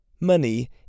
Money